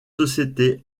sociétés